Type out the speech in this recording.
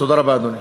תודה רבה, אדוני.